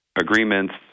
agreements